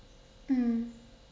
mm